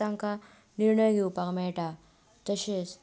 तांकां निर्णय घेवपाक मेळटा तशेंच